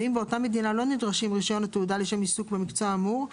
ואם באותה מדינה לא נדרשים רישיון ותעודה לשם עיסוק במקצוע האמור,